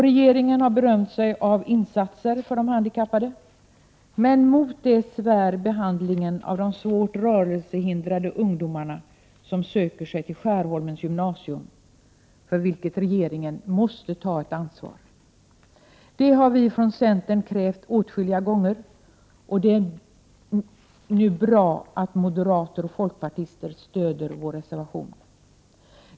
Regeringen har berömt sig av insatser för de handikappade, men mot det svär behandlingen av de svårt rörelsehindrade ungdomar som söker sig till Skärholmens gymnasium, för vilket regeringen måste ta ett ansvar. Det har vi från centern krävt åtskilliga gånger, och det är nu bra att moderater och folkpartister stöder vår reservation.